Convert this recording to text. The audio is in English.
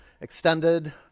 extended